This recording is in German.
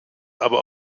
aber